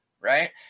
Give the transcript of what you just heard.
right